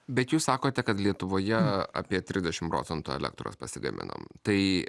bet jūs sakote kad lietuvoje apie trisdešim procentų elektros pasigaminam tai